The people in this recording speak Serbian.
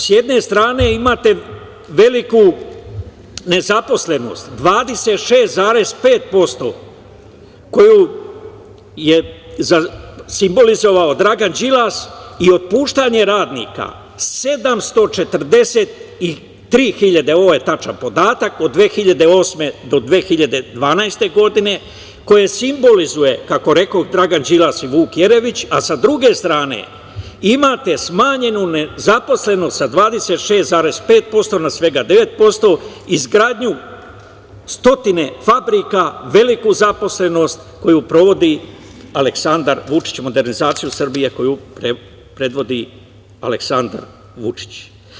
S jedne strane imate veliku nezaposlenost, 26,5% koju je simbolizovao Dragan Đilas i otpuštanje radnika, 743.000, ovo je tačan podatak, od 2008. do 2012. godine, koje simbolizuju, kako rekoh, Dragan Đilas i Vuk Jeremić, a sa druge strane imamo smanjenu nezaposlenost sa 26,5% na svega 9%, izgradnju stotine fabrika, veliku zaposlenost koju sprovodi Aleksandar Vučić, modernizaciju Srbije koju predvodi Aleksandar Vučić.